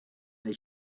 they